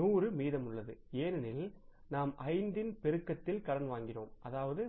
100 மீதமுள்ளது ஏனெனில் நாம் 5 இன் பெருக்கத்தில் கடன் வாங்கினோம் அதாவது 15500